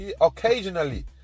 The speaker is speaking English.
occasionally